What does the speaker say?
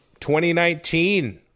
2019